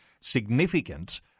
significant